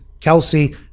Kelsey